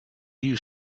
you